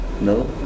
No